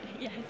Yes